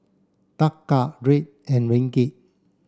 Taka Riel and Ringgit